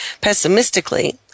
pessimistically